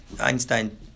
Einstein